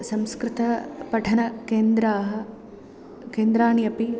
संस्कृतपठनकेन्द्राः केन्द्राणि अपि